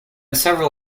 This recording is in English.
several